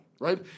right